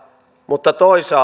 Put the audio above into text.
mutta toisaalta